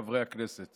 ללא אפליה וללא הבדל.